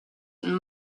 and